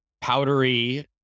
powdery